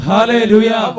Hallelujah